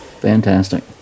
fantastic